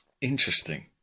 interesting